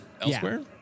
elsewhere